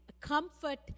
comfort